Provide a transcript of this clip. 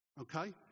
Okay